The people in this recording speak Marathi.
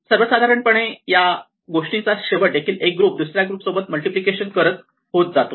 सर्वसाधारण पणे या गोष्टीचा शेवट एक ग्रुप दुसऱ्या ग्रुप सोबत मल्टिप्लिकेशन करत होत जातो